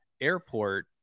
airport